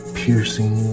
piercing